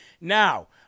now